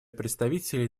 представителей